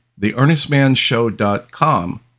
theearnestmanshow.com